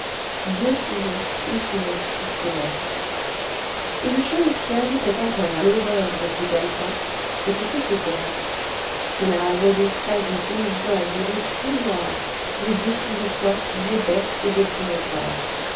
deux tisons y fumaient tristement une chose qui ajoutait encore à l'horreur de ce galetas c'est que c'était grand cela avait des saillies des angles des trous noirs des dessous de toits des baies et des promontoires